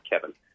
Kevin